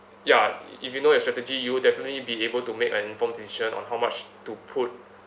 ya if you know your strategy you'll definitely be able to make an informed decision on how much to put